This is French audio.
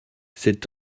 cet